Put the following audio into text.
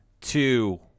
two